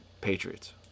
Patriots